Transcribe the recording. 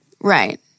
Right